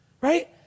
right